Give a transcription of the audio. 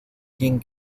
quien